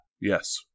Yes